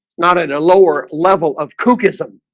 not at a lower level of kuk ism